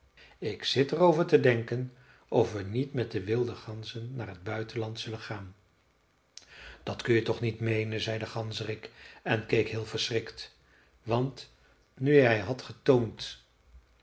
ik zit er over te denken of we niet met de wilde ganzen naar t buitenland zullen gaan dat kun je toch niet meenen zei de ganzerik en keek heel verschrikt want nu hij had getoond